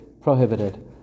prohibited